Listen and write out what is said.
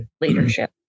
leadership